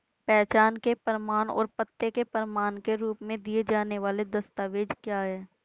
पहचान के प्रमाण और पते के प्रमाण के रूप में दिए जाने वाले दस्तावेज क्या हैं?